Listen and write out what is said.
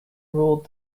ruled